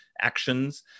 actions